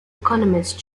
economist